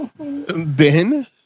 Ben